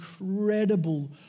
incredible